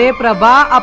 ah prabha.